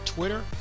Twitter